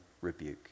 rebuke